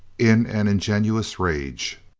in an ingenuous rage.